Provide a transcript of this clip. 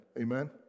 Amen